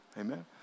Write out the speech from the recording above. Amen